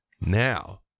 Now